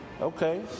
Okay